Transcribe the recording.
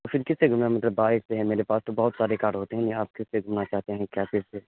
پھر کس سے گھومنا ہے مطلب بائک سے ہے میرے پاس تو بہت سارے کار ہوتے ہیں یہاں آپ کس سے گھومنا چاہتے ہیں کیا چیز سے